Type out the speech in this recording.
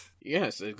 Yes